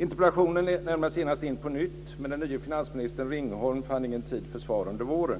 Interpellationen väcktes genast på nytt, men den nye finansministern Ringholm fann ingen tid för svar under våren.